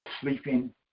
sleeping